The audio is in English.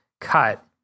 cut